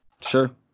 Sure